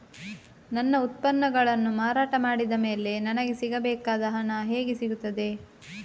ನನ್ನ ಉತ್ಪನ್ನಗಳನ್ನು ಮಾರಾಟ ಮಾಡಿದ ಮೇಲೆ ನನಗೆ ಸಿಗಬೇಕಾದ ಹಣ ಹೇಗೆ ಸಿಗುತ್ತದೆ?